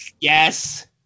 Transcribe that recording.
Yes